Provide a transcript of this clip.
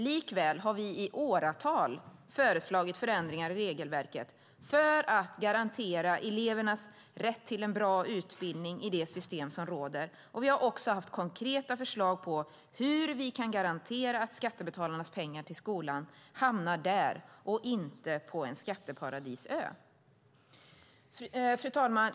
Likväl har vi i åratal föreslagit förändringar i regelverket för att garantera elevernas rätt till bra utbildning i det system som råder, och vi har också haft konkreta förslag på hur vi kan garantera att skattebetalarnas pengar till skolan hamnar där och inte på en skatteparadisö. Fru talman!